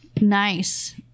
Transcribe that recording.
Nice